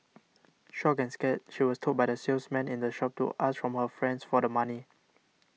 shocked and scared she was told by the salesman in the shop to ask from her friends for the money